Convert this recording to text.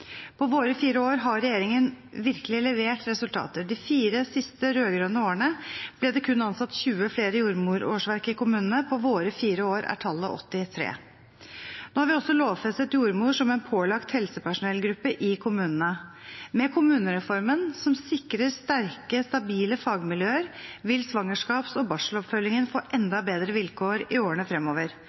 På våre fire år har regjeringen virkelig levert resultater. De fire siste rød-grønne årene ble det kun ansatt 20 flere jordmorårsverk i kommunene. På våre fire år er tallet 83. Nå har vi også lovfestet jordmor som en pålagt helsepersonellgruppe i kommunene. Med kommunereformen, som sikrer sterke, stabile fagmiljøer, vil svangerskaps- og barseloppfølgingen få enda bedre vilkår i årene fremover.